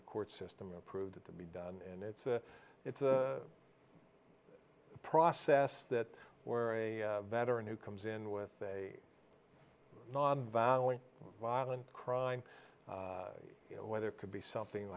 the court system approved it to be done and it's a it's a process that where a veteran who comes in with a nonviolent violent crime whether it could be something